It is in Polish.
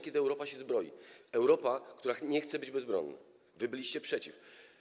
Kiedy Europa się zbroiła, Europa, która nie chce być bezbronna, wy byliście przeciw.